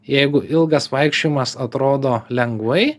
jeigu ilgas vaikščiojimas atrodo lengvai